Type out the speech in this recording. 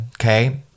okay